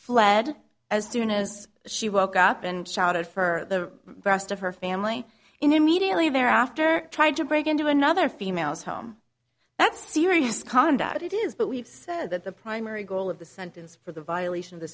fled as soon as she woke up and shouted for the rest of her family immediately thereafter tried to break into another female's home that's serious conduct it is but we've said that the primary goal of the sentence for the violation of the